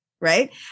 Right